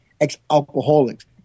ex-alcoholics